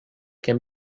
can